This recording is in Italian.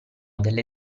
delle